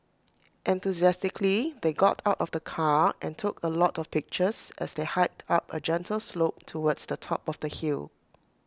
enthusiastically they got out of the car and took A lot of pictures as they hiked up A gentle slope towards the top of the hill